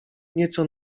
nieco